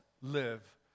live